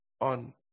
On